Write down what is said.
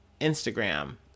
instagram